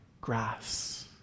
grass